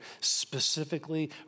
specifically